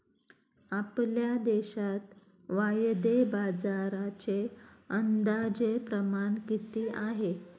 आपल्या देशात वायदे बाजाराचे अंदाजे प्रमाण किती आहे?